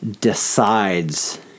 decides